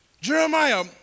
Jeremiah